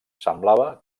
semblava